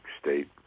state